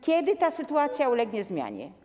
Kiedy ta sytuacja ulegnie zmianie?